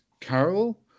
Carol